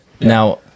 Now